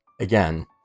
again